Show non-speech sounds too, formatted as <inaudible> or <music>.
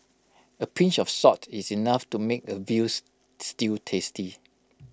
A pinch of salt is enough to make A veal <unintelligible> stew tasty